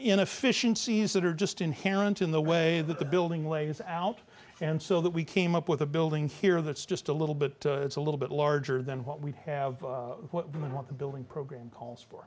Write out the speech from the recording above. inefficiencies that are just inherent in the way that the building lays out and so that we came up with a building here that's just a little bit a little bit larger than what we have and what the building program calls for